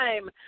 Time